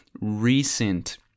recent